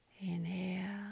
inhale